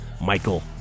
Michael